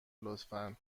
لطفا